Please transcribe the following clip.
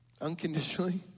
Unconditionally